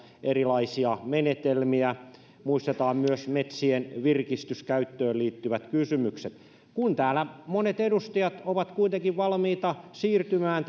erilaisia menetelmiä muistetaan myös metsien virkistyskäyttöön liittyvät kysymykset kun täällä monet edustajat ovat kuitenkin valmiita siirtymään